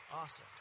awesome